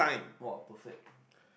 !wah! perfect